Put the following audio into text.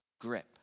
grip